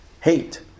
hate